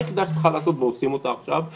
הפעולה היחידה שצריכה להיעשות ועושים אותה עכשיו,